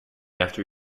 after